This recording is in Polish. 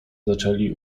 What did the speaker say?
zaczęli